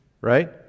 Right